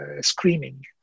screaming